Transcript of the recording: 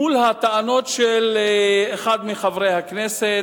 מול הטענות של אחד מחברי הכנסת,